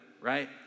right